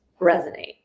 resonate